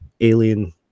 alien